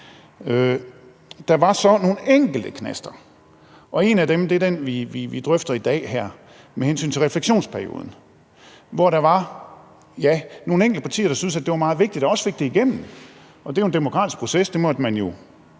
Der var så nogle enkelte knaster, og en af dem, er den, vi drøfter her i dag, med hensyn til refleksionsperioden, hvor der var, ja, nogle enkelte partier, der syntes, at det var meget vigtigt, og også fik det igennem. Og det er en demokratisk proces,